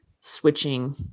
switching